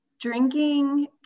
drinking